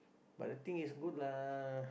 but the thing is good lah